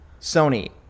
Sony